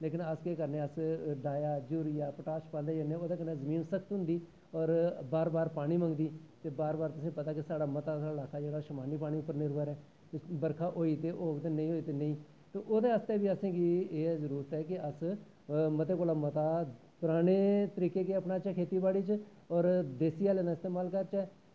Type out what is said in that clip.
लेकिन अस केह् करने आं डाया यूरिया पटाश पांदे जन्ने आं ओह्दे कन्नै जमीन सख्त होंदी और बार बार पानी मंगदी और तुसेंगी पचता ऐ साढ़ा मता सारा इलाका समानी पानी पर निर्भर ऐ बरखा होग ते होई नेईं होई ते नेईं ओह्दै आस्तै बी एह् जरूरी ऐ कि मते कोला दा मता पराने तरीके गी अपनाचै खेत्ती बाड़ी च और देस्सी हैलें दा इस्त्माल करचै